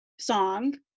song